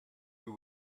you